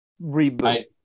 reboot